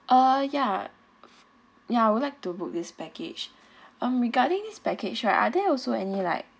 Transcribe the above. ah ya ya I would like to book this package um regarding this package right are there also any like